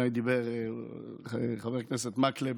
לפניי דיבר חבר הכנסת מקלב,